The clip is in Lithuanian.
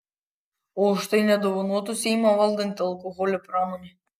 o už tai nedovanotų seimą valdanti alkoholio pramonė